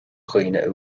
dhaoine